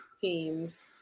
teams